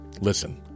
Listen